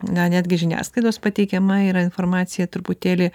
gal netgi žiniasklaidos pateikiama yra informacija truputėlį